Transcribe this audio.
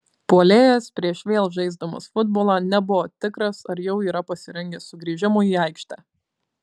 puolėjas prieš vėl žaisdamas futbolą nebuvo tikras ar jau yra pasirengęs sugrįžimui į aikštę